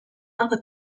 other